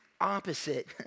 opposite